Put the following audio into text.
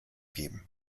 geben